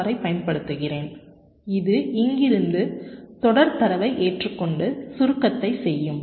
ஆரைப் பயன்படுத்துகிறேன் இது இங்கிருந்து தொடர் தரவை ஏற்றுக் கொண்டு சுருக்கத்தை செய்யும்